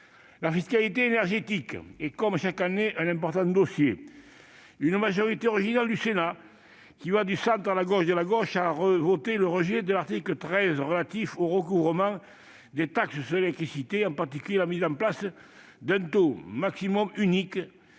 La fiscalité énergétique est, comme chaque année, un important dossier. Une majorité originale du Sénat, qui va du centre à la gauche de la gauche, a voté le rejet de l'article 13 relatif au recouvrement des taxes sur l'électricité, en particulier la mise en place d'un taux maximum unique.